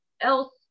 else